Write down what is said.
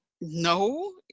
no